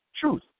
Truth